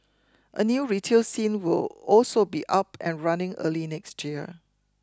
a new retail scene will also be up and running early next year